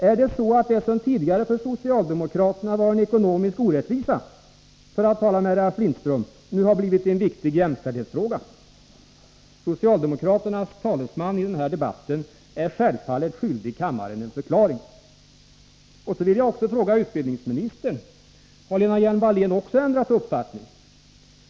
Är det så att det som tidigare för socialdemokraterna var en ekonomisk orättvisa, för att tala med Ralf Lindström, nu har blivit en viktig jämställdhetsfråga? Socialdemokraternas talesman i den här debatten är självfallet skyldig kammaren en förklaring. Jag vill även fråga utbildningsminister Lena Hjelm-Wallén om hon också har ändrat uppfattning.